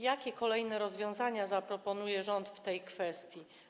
Jakie kolejne rozwiązania zaproponuje rząd w tej kwestii?